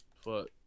Fuck